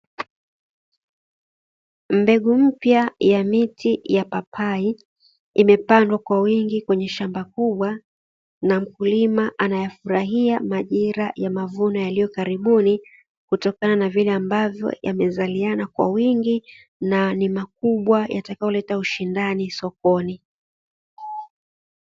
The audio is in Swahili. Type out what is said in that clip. Miche mipya ya miti ya papai imepandwa kwa wingi kwenye shamba kubwa na mkulima anayafurahia majira ya mavuno yaliyo karibuni kutokana na vile ambavyo yamezaliana kwa wingi na ni makubwa yatakayoleta ushindani sokoni.